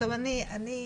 עכשיו אני אסקור